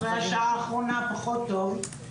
אחרי השעה האחרונה פחות טוב,